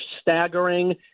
staggering